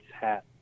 hat